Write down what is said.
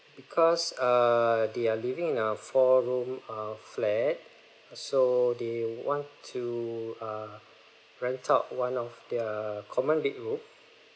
because err they're living in a four room uh flat so they want to uh rent out one of their common bedroom